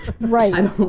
right